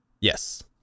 Yes